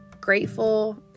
grateful